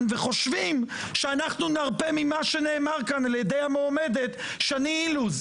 וחושבים שאנחנו נרפה ממה שנאמר כאן על ידי המועמדת שני אילוז.